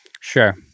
Sure